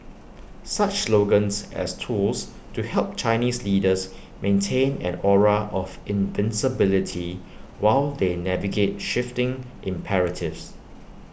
such slogans as tools to help Chinese leaders maintain an aura of invincibility while they navigate shifting imperatives